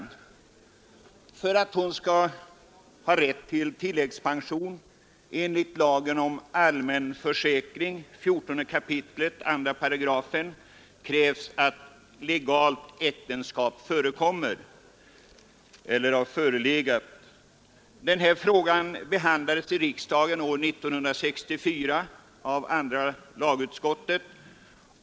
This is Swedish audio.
För att en kvinna skall ha rätt till tilläggspension enligt lagen om allmän försäkring 14 kap. 2§ krävs att legalt äktenskap har förelegat. Denna fråga behandlades i riksdagen år 1964 av andra lagutskottet.